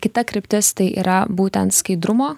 kita kryptis tai yra būten skaidrumo